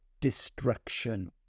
destruction